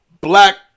black